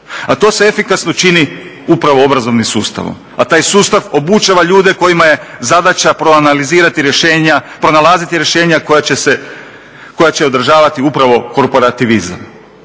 a to se efikasno čini upravo obrazovnim sustavom. A taj sustav obučava ljude kojima je zadaća proanalizirati rješenja, pronalaziti rješenja koja će odražavati upravo korporativizam.